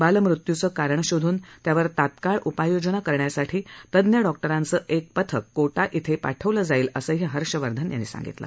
बालमृत्यूचं कारण शोधून त्यावर तात्काळ उपाययोजना करण्यासाठी तज्ज्ञ डॉक्टरांचं एक पथक कोटा इथं पटवलं जाईल असंही हर्षवर्धन यांनी सांगितलं